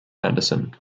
anderson